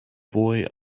boy